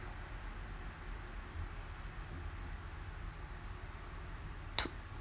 two